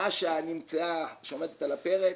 וההצעה שעומדת על הפרק